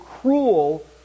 cruel